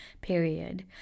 period